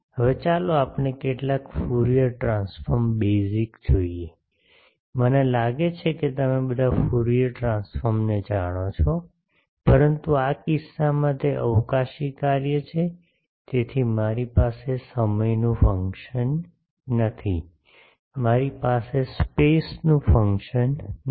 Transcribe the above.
હવે ચાલો આપણે કેટલાક ફ્યુરિયર ટ્રાન્સફોર્મ બેઝિક જોઈએ મને લાગે છે કે તમે બધા ફ્યુરિયર ટ્રાન્સફોર્મને જાણો છો પરંતુ આ કિસ્સામાં તે અવકાશી કાર્ય છે તેથી મારી પાસે સમયનું ફંક્શન નથી મારી પાસે સ્પેસનું ફંક્શન નથી